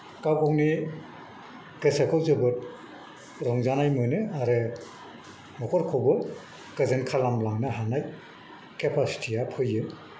गाव गावनि गोसोखौ जोबोद रंजानाय मोनो आरो न'खरखौबो गोजोन खालामलांनो हानाय केपासिटिया फैयो